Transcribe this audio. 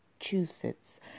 Massachusetts